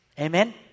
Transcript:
Amen